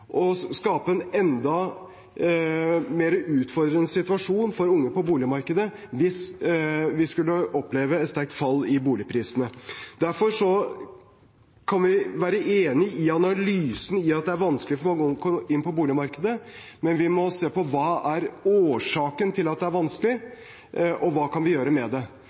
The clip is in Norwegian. og skape en enda mer utfordrende situasjon for unge på boligmarkedet hvis vi skulle oppleve et sterkt fall i boligprisene. Derfor kan vi være enig i analysen at det er vanskelig å komme inn på boligmarkedet, men vi må se på hva som er årsaken til at det er vanskelig, og hva vi kan gjøre med det.